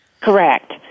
Correct